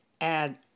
add